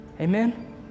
Amen